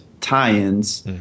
tie-ins